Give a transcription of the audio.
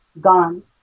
Gone